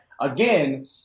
again